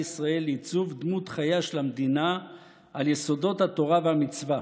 ישראל לעיצוב דמות חייה של המדינה על יסודות התורה והמצווה.